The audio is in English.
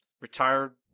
retired